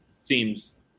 seems